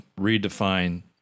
redefine